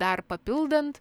dar papildant